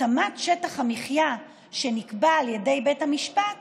התאמת שטח המחיה שנקבע על ידי בית המשפט